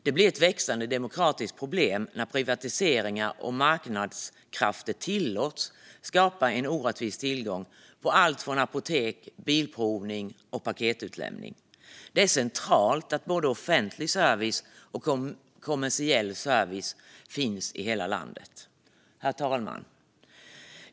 Det blir ett växande demokratiskt problem när privatiseringar och marknadskrafter tillåts skapa en orättvis tillgång på allt från apotek till bilprovning och paketutlämning. Det är centralt att både offentlig service och kommersiell service finns i hela landet. Herr talman!